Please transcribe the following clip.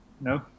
no